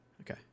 Okay